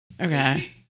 Okay